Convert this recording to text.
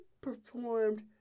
performed